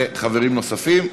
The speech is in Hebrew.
של חברי הכנסת מקלב וחברים נוספים.